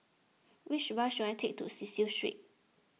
which bus should I take to Cecil Street